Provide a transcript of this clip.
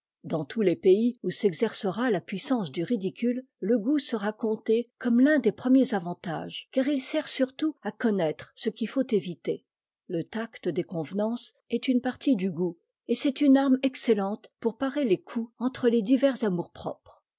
dans tous les pays où s'exercera la puissance du ridicule le goût sera compté comme l'un des premiers avantages car il sert surtout à connaître ce qu'il faut éviter le tact des convenances est une partie du goût et c'est une arme excellente pour parer les coups entre les divers